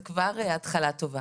זה כבר התחלה טובה.